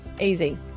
easy